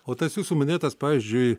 o tas jūsų minėtas pavyzdžiui